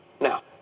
Now